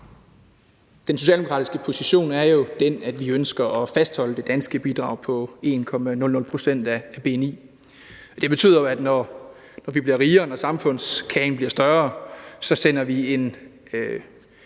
Den socialdemokratiske position er jo den, at vi ønsker at fastholde det danske bidrag på 1,00 pct. af bni. Det betyder jo, at når vi bliver rigere, når samfundskagen bliver større, så sender vi en